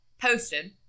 posted